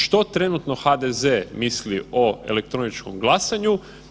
Što trenutno HDZ misli o elektroničkom glasanju?